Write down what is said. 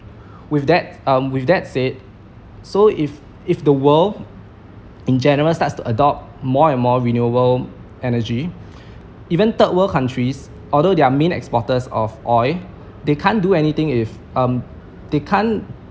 with that um with that said so if if the world in general starts to adopt more and more renewable energy even third world countries although they are main exporters of oil they can't do anything if um they can't